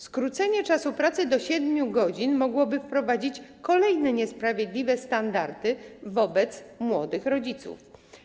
Skrócenie czasu pracy do 7 godzin mogłoby wprowadzić kolejne niesprawiedliwe standardy wobec młodych rodziców.